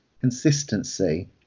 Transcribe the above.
consistency